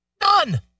None